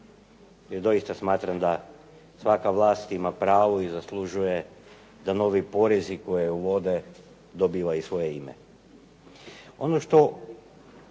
jer doista smatram da svaka vlast ima pravo i zaslužuje da novi porezi koje uvode dobiva i svoje ime. Ono što